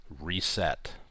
reset